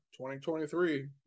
2023